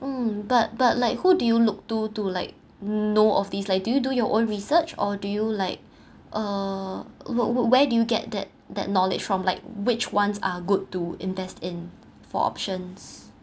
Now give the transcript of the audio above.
um but but like who do you look to to like know of these like do do your own research or do you like uh would would where do you get that that knowledge from like which ones are good to invest in for options